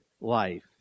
life